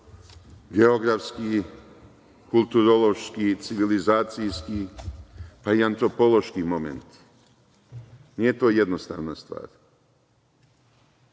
geografski, kulturološki, civilizacijski, pa i antropološki momenti. Nije to jednostavna stvar.